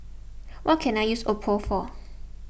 what can I use Oppo for